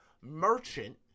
merchant